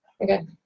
Okay